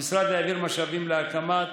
המשרד העביר משאבים להקמת